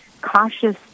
cautious